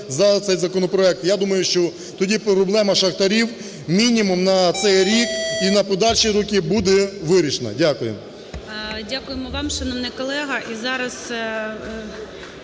Дякуємо вам, шановний колего,